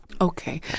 Okay